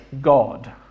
God